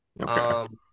Okay